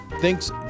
thinks